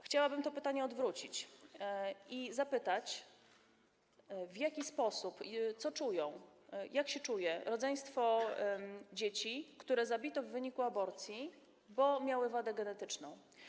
Chciałabym to pytanie odwrócić i zapytać, co czują, jak się czuje rodzeństwo dzieci, które zabito w wyniku aborcji, bo miały wadę genetyczną.